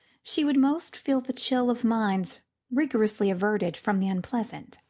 she would most feel the chill of minds rigorously averted from the unpleasant.